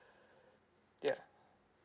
ya